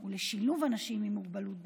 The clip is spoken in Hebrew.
ולשילוב של אנשים עם מוגבלות בחברה,